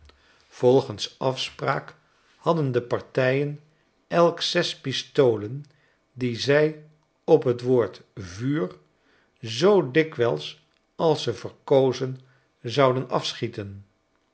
volgens afsprank hadden de part rj en elk zes pistolen die zij op t woord vuur zoo dikwijls als ze verkozen zouden